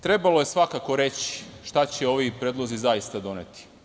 Trebalo je svakako reći šta će ovi predlozi zaista doneti.